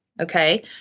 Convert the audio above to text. okay